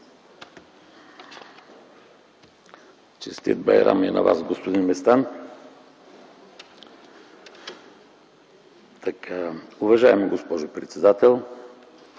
Честит Байрам и на Вас, господин Местан! Уважаема госпожо председател,